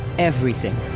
everything.